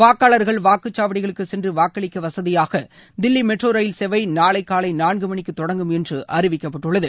வாக்காளர்கள் வாக்குச்சாவடிகளுக்கு சென்று வாக்களிக்க வசதியாக தில்லி மெட்ரோ ரயில் சேவை நாளை காலை நான்கு மணிக்கு தொடங்கும் என்று அறிவிக்கப்பட்டுள்ளது